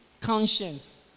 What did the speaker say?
conscience